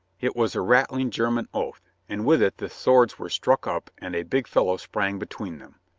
it was a rattling german oath, and with it the swords were struck up and a big fellow sprang between them.